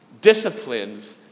disciplines